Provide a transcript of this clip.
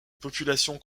population